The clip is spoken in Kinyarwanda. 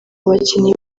bakinnyi